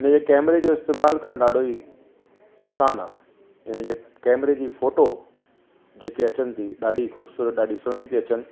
हिन जे कैमरे जो इस्तेमाल करण ॾाढो ई आसान आ हिन जे कैमरे जी फोटो जेके अचनि थी ॾाढी ख़ूबसूरत ॾाढी सुहिणी थी अचनि